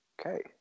Okay